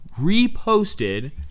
reposted